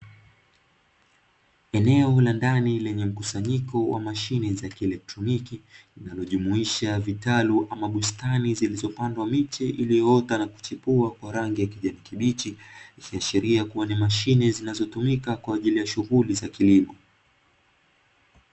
Eneo la ndani lenye mkusanyiko wa mashine za kielectroniki, inajumuisha vitalu ama bustani zilizopandwa miche iliyoota na kuchukua folange ya kijamii kibichi kiashiria kuwa na mashine zinazotumika kwa ajili ya shughuli za kilimo.